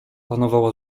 panowała